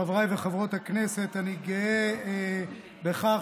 חבריי וחברות הכנסת, אני גאה בכך